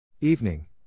Evening